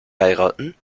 heiraten